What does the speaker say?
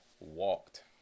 walked